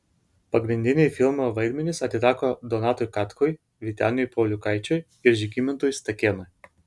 pagrindiniai filmo vaidmenys atiteko donatui katkui vyteniui pauliukaičiui ir žygimantui stakėnui